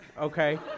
okay